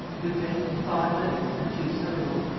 lupin in five letters and two syllables,